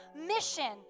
mission